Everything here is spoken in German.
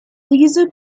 diese